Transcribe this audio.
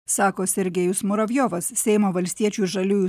sako sergejus muravjovas seimo valstiečių ir žaliųjų